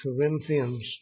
Corinthians